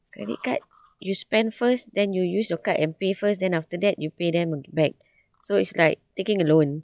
credit card you spend first then you use your card and pay first then after that you pay them a~ back so it's like taking a loan